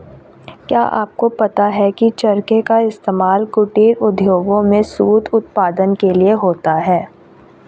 क्या आपको पता है की चरखे का इस्तेमाल कुटीर उद्योगों में सूत उत्पादन के लिए होता है